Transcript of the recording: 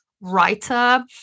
writer